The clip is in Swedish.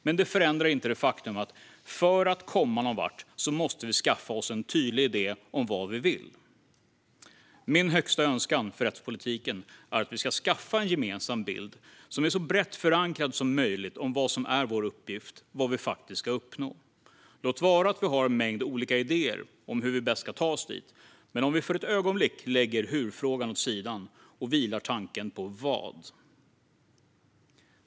Men det förändrar inte det faktum att vi för att komma någonvart måste skaffa oss en tydlig idé om vad vi vill. Min högsta önskan för rättspolitiken är att vi ska skaffa en gemensam bild, som är så brett förankrad som möjligt, av vad som är vår uppgift och vad vi ska uppnå. Må vara att vi har en mängd olika idéer om hur vi bäst ska ta oss dit, men låt oss för ett ögonblick lägga frågan "hur" åt sidan och vila tanken på "vad".